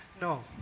No